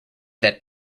that